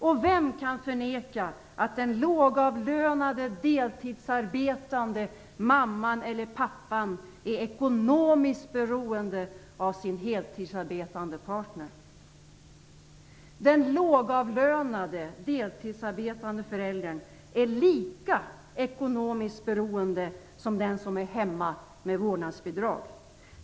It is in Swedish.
Och vem kan förneka att den lågavlönade deltidsarbetande mamman eller pappan är ekonomiskt beroende av sin heltidsarbetande partner? Den lågavlönade deltidsarbetande föräldern är lika ekonomiskt beroende som den som är hemma med vårdnadsbidrag.